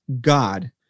God